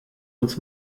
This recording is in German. uns